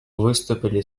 выступили